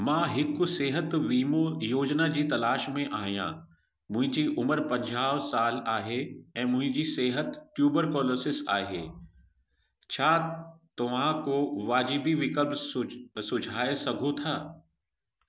मां हिकु सिहत वीमो योजना जी तलाश में आहियां मुंहिंजी उमिरि पंजाहु साल आहे ऐं मुंहिंजी सिहत ट्यूबरकॉलोसिस आहे छा तव्हां को वाजिबी विकल्प सुझ सुझाए सघो था